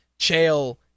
Chael